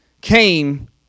came